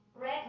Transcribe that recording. Red